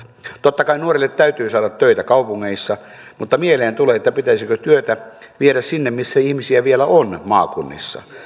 totta kai nuorille täytyy saada töitä kaupungeissa mutta mieleen tulee pitäisikö työtä viedä sinne missä ihmisiä vielä on maakunnissa